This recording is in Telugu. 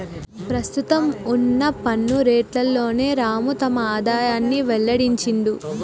ప్రస్తుతం వున్న పన్ను రేట్లలోనే రాము తన ఆదాయాన్ని వెల్లడించిండు